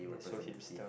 that's so hipster